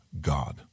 God